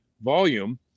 volume